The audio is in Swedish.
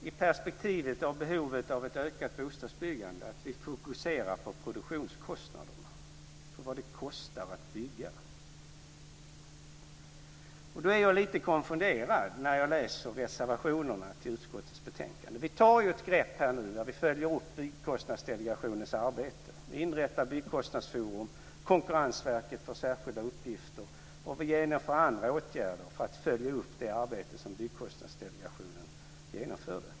I perspektivet av behovet av ett ökat bostadsbyggande är det också viktigt att vi fokuserar på produktionskostnaderna, på vad det kostar att bygga. Då blir jag lite konfunderad när jag läser reservationerna till utskottets betänkande. Vi tar ju ett grepp nu när vi följer upp Byggkostnadsdelegationens arbete. Vi inrättar byggkostnadsforum. Konkurrensverket får särskilda uppgifter. Vi vidtar andra åtgärder för att följa upp det arbete som Byggkostnadsdelegationen genomförde.